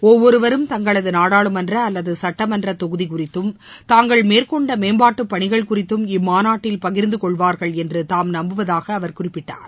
ஒவ்வொருவரும் தங்களது நாடாளுமன்ற அல்லது சட்டமன்ற தொகுதி குறித்தும் தாங்கள் மேற்கொண்ட மேம்பாட்டு பணிகள் குறித்தம் இம்மாநாட்டில் பகிர்ந்து கொள்வார்கள் என்று தாம் நம்புவதாகவும் அவர் குறிப்பிட்டார்